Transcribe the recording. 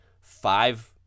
five